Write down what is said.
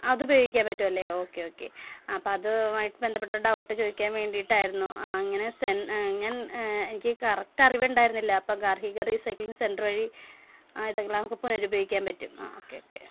അതുപയോഗിക്കാൻ പറ്റുമല്ലേ okay okay അപ്പം അതുമായിട്ട് ബന്ധപ്പെട്ട ഡൗട്ട് ചോദിക്കാൻ വേണ്ടിയിട്ടായിരുന്നു ഇങ്ങനെ ആ ഞാൻ എനിക്ക് കറക്റ്റ് അറിവ് ഉണ്ടായിരുന്നില്ല അപ്പം ഗാർഹിക റീസൈക്ലിംഗ് സെൻറ്റർ വഴി ആ ഇത് എല്ലാവർക്കും പുനരുപയോഗിക്കാൻ പറ്റും ആ ഓക്കേ ഓക്കേ